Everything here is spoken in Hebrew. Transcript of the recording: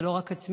ולא רק עצמית,